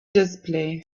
display